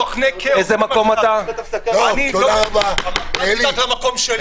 אל תדאג למקום שלי,